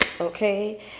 okay